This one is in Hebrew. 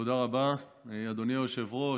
תודה רבה, אדוני היושב-ראש.